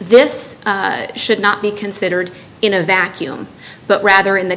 this should not be considered in a vacuum but rather in the